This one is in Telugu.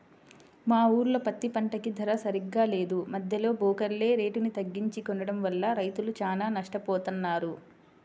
మా ఊర్లో పత్తి పంటకి ధర సరిగ్గా లేదు, మద్దెలో బోకర్లే రేటుని తగ్గించి కొనడం వల్ల రైతులు చానా నట్టపోతన్నారు